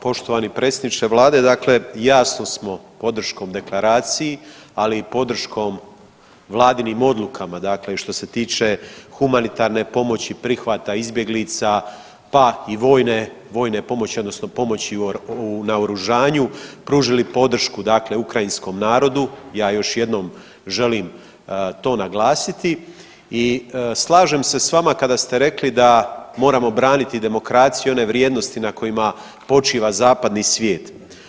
Poštovani predsjedniče vlade, dakle jasno smo podrškom deklaraciji, ali i podrškom vladinim odlukama dakle i što se tiče humanitarne pomoći, prihvata izbjeglica, pa i vojne, vojne pomoći odnosno pomoći u naoružanju pružili podršku dakle ukrajinskom narodu, ja još jednom želim to naglasiti i slažem se s vama kada ste rekli da moramo braniti demokraciju, one vrijednosti na kojima počiva zapadni svijet.